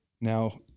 Now